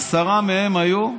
עשרה מהם היו,